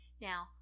Now